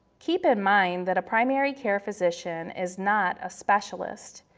keep in mind that a primary care physician is not a specialist,